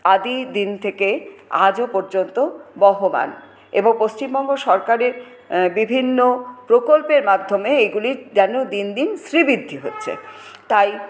আদি দিন থেকে আজও পর্যন্ত বহমান এবং পশ্চিমবঙ্গ সরকারের বিভিন্ন প্রকল্পের মাধ্যমে এগুলির যেন দিন দিন শ্রীবৃদ্ধি হচ্ছে তাই